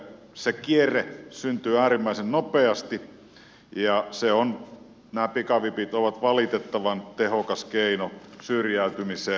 se kierre syntyy äärimmäisen nopeasti ja nämä pikavipit ovat valitettavan tehokas keino syrjäytymiseen